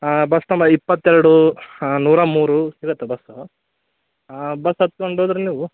ಹಾಂ bus number ಇಪ್ಪತ್ತೆರಡು ಹಾಂ ನೂರಾ ಮೂರು ಸಿಗುತ್ತೆ ಬಸ್ಸು ಹಾಂ ಬಸ್ ಹತ್ಕೊಂಡು ಹೋದ್ರ್ ನೀವು